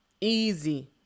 easy